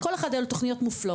לכל אחד היו תוכניות מופלאות,